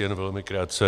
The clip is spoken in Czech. Jen velmi krátce.